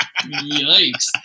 Yikes